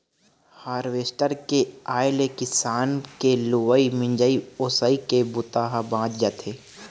harvester के आए ले किसान के लुवई, मिंजई, ओसई के बूता ह बाँच जाथे